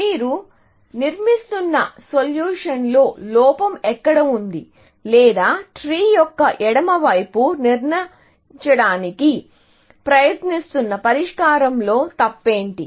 మీరు నిర్మిస్తున్న సొల్యూషన్లో లోపం ఎక్కడ ఉంది లేదా ట్రీ యొక్క ఎడమ వైపు నిర్మించడానికి ప్రయత్నిస్తున్న పరిష్కారంలో తప్పేంటి